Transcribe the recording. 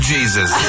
Jesus